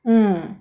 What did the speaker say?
mm